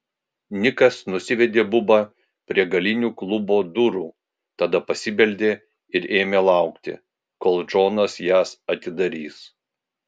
nikas nusivedė bubą prie galinių klubo durų tada pasibeldė ir ėmė laukti kol džonas jas atidarys